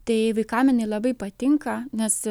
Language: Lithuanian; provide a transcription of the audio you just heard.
tai vaikam jinai labai patinka nes